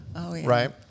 right